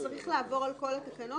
צריך להכניס את זה.